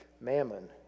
mammon